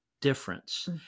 difference